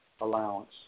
allowance